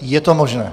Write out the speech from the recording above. Je to možné.